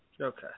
Okay